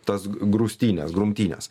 tas grūstynes grumtynės